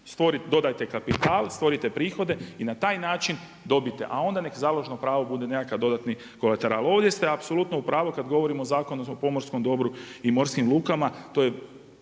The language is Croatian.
dodajte kapital, stvorite prihode i na taj način dobite, a onda založno pravo bude nekakav dodatni kolateral. Ovdje ste apsolutno u pravu kada govorimo o Zakonu o pomorskom dobru i morskim lukama,